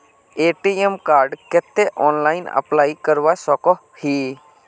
ATM कार्डेर केते online apply करवा सकोहो ही?